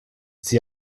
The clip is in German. sie